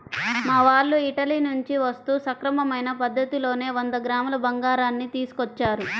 మా వాళ్ళు ఇటలీ నుంచి వస్తూ సక్రమమైన పద్ధతిలోనే వంద గ్రాముల బంగారాన్ని తీసుకొచ్చారు